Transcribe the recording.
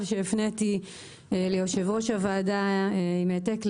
שהפניתי ליושב-ראש הוועדה עם העתק לחבריה,